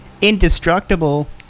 indestructible